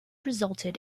resulted